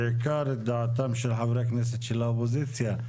בעיקר את דעתם של חברי הכנסת של האופוזיציה.